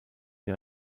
sie